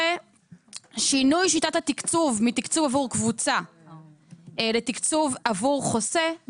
כששינוי שיטת התקצוב מתקצוב עבור קבוצה לתקצוב עבור חוסה,